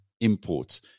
imports